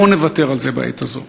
בואו נוותר על זה בעת הזאת.